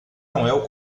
noel